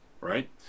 right